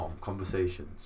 conversations